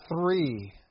three